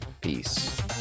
Peace